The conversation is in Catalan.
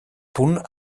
punt